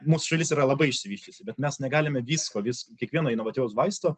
mūsų šalis yra labai išsivysčiusi bet mes negalime visko vis kiekvieno inovatyvaus vaisto